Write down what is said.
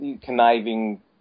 conniving